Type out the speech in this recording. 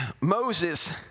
Moses